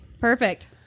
perfect